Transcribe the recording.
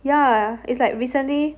ya it's like recently